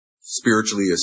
spiritually